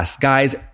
Guys